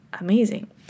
amazing